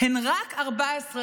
הן רק 14%,